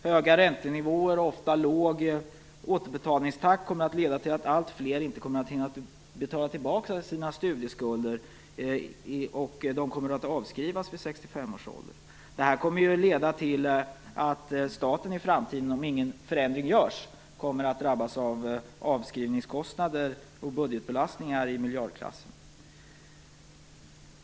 Höga räntenivåer och ofta låg återbetalningstakt kommer att leda till att alltfler inte kommer att hinna betala tillbaka sina studieskulder och dessa kommer att avskrivas vid 65 års ålder. Det här kommer att leda till att staten i framtiden, om ingen förändring görs, kommer att drabbas av avskrivningskostnader och budgetbelastningar i miljardklassen.